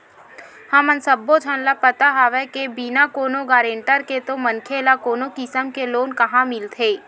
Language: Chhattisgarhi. हमन सब्बो झन ल पता हवय के बिना कोनो गारंटर के तो मनखे ल कोनो किसम के लोन काँहा मिलथे